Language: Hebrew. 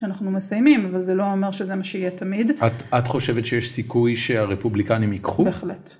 שאנחנו מסיימים, אבל זה לא אומר שזה מה שיהיה תמיד. את חושבת שיש סיכוי שהרפובליקנים ייקחו? בהחלט.